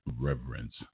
Reverence